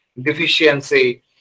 deficiency